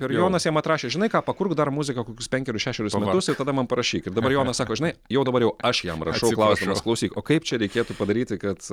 ir jonas jam atrašė žinai ką pakurk dar muziką kokius penkerius šešerius metus ir tada man parašyk ir dabar jonas sako žinai jau dabar jau aš jam rašau klausdamas klausyk o kaip čia reikėtų padaryti kad